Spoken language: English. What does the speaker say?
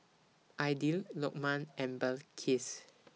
Aidil Lokman and Balqis